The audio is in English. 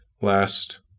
last